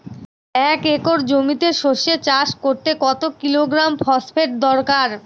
এক একর জমিতে সরষে চাষ করতে কত কিলোগ্রাম ফসফেট দরকার?